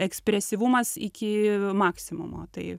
ekspresyvumas iki maksimumo tai